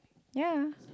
ya